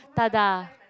ta da